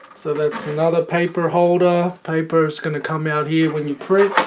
so that's another paper holder paper it's going to come out here when you print